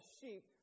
sheep